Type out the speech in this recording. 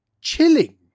chilling